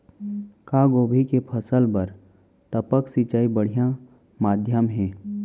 का गोभी के फसल बर टपक सिंचाई बढ़िया माधयम हे?